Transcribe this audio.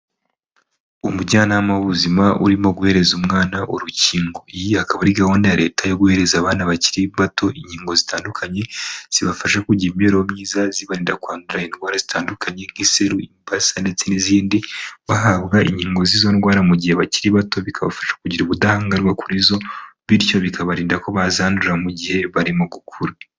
Umujyanama w'ubuzima urimo guhereza umwana urukingo. Iyi akaba ari gahunda ya Leta yo guhereza abana bakiri bato inkingo zitandukanye zibafasha kugira imibereho myiza zibarinda kwandura indwara zitandukanye nk'iseru, imbasa ndetse n'izindi, bahabwa inkingo z'izo ndwara mu gihe bakiri bato bikabafasha kugira ubudahangarwa kuri zo; bityo bikabarinda ko bazandura mu gihe barimo gukura.